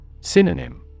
Synonym